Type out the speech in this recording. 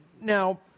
Now